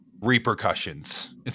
repercussions